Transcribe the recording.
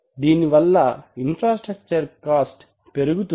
దీనివల్ల infrastructure cost పెరుగుతుంది